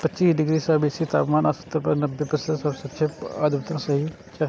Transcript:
पच्चीस डिग्री सं बेसी तापमान आ सत्तर सं नब्बे प्रतिशत सापेक्ष आर्द्रता चाही